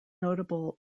notable